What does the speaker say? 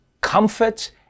comfort